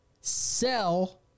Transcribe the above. Sell